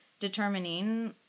determining